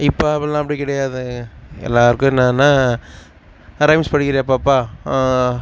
இப்போ அப்படிலாம் அபடி கிடையாது எல்லாருக்கும் என்னன்னா ரைம்ஸ் படிக்கிறியா பாப்பா